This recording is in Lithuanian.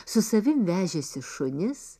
su savim vežėsi šunis